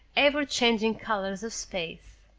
ever-changing colors of space.